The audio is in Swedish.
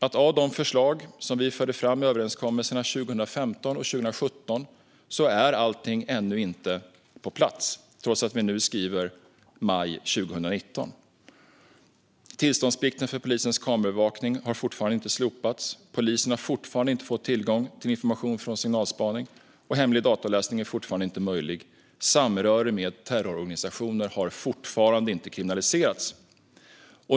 Av de förslag som vi förde fram i överenskommelserna 2015 och 2017 är allting ännu inte på plats, trots att vi nu skriver maj 2019. Tillståndsplikten för polisens kameraövervakning har fortfarande inte slopats. Polisen har fortfarande inte fått tillgång till information från signalspaning, och hemlig dataavläsning är fortfarande inte möjlig. Samröre med terrororganisationer har fortfarande inte kriminaliserats.